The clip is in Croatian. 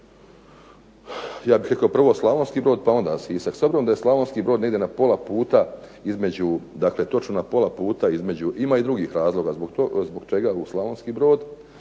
ja bih rekao prvo Slavonski Brod pa onda Sisak. S obzirom da je Slavonski Brod negdje na pola puta između dakle točno na pola puta između ima i drugih razloga zbog čega u Slavonski Brod,